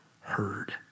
heard